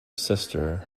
sister